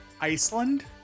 Iceland